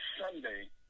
Sunday